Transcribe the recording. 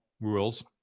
rules